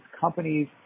companies